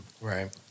Right